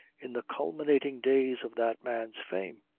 in the culminating days of that man's fame.